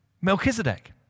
Melchizedek